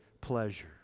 pleasure